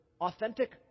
authentic